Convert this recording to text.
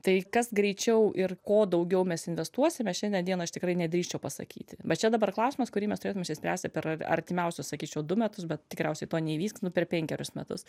tai kas greičiau ir kuo daugiau mes investuosime šiandien dieną aš tikrai nedrįsčiau pasakyti bet čia dabar klausimas kurį mes turėtumėm išsispręsti per artimiausius sakyčiau du metus bet tikriausiai to neįvyks nu per penkerius metus